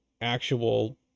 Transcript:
actual